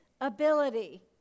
ability